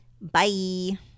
Bye